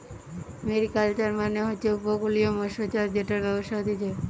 mariculture মানে হচ্ছে উপকূলীয় মৎস্যচাষ জেটার ব্যবসা হতিছে